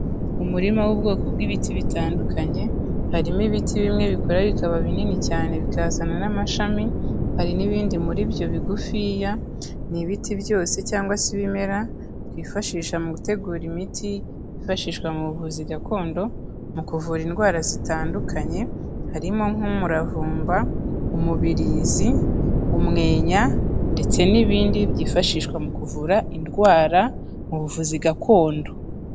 Mu murima w'ubwoko bw'ibiti bitandukanye, harimo ibiti bimwe bikura bikaba binini cyane bikazana n'amashami, hari n'ibindi muri byo bigufiya, ni ibiti byose cyangwa se ibimera twifashisha mu gutegura imiti yifashishwa mu buvuzi gakondo mu kuvura indwara zitandukanye, harimo nk'umuravumba, umubirizi, umwenya ndetse n'ibindi byifashishwa mu kuvura indwara mu buvuzi gakondo.